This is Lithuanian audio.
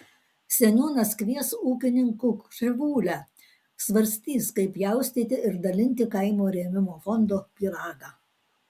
seniūnas kvies ūkininkų krivūlę svarstys kaip pjaustyti ir dalinti kaimo rėmimo fondo pyragą